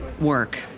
work